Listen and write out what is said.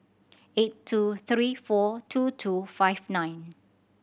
eight two three four two two five nine